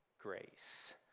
grace